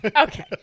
okay